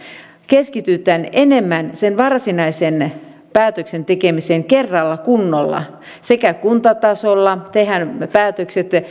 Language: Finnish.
keskitytään enemmän sen varsinaisen päätöksen tekemiseen kerralla kunnolla sekä kuntatasolla tehdään päätökset